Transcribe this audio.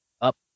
up